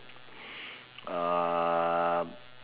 uh